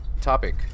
topic